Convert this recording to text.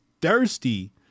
thirsty